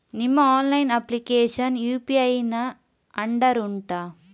ನಿಮ್ಮ online application UPI ನ under ಉಂಟಾ